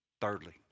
Thirdly